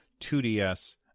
2DS